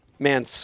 Man